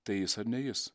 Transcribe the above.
tai jis ar ne jis